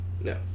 No